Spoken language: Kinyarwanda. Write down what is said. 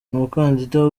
umukandida